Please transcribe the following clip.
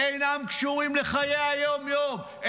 אינם קשורים לחיי היום-יום,